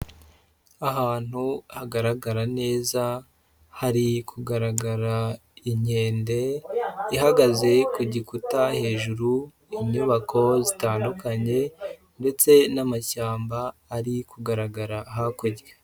Ahantu hagaragara neza hari kugaragara inkende ihagaze ku gikuta, hejuru inyubako zitandukanye ndetse n'amashyamba ari kugaragara hakurya.